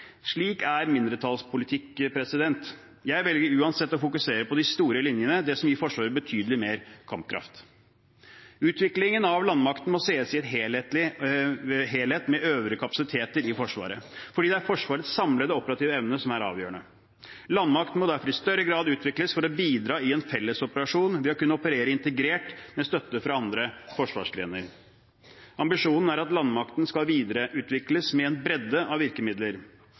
Slik er mindretallspolitikk. Jeg velger uansett å fokusere på de store linjene, det som gir Forsvaret betydelig mer kampkraft. Utviklingen av landmakten må ses i en helhet med øvrige kapasiteter i Forsvaret, fordi det er Forsvarets samlede operative evne som er avgjørende. Landmakten må derfor i større grad utvikles for å bidra i en fellesoperasjon ved å kunne operere integrert med støtte fra andre forsvarsgrener. Ambisjonen er at landmakten skal videreutvikles med en bredde av virkemidler,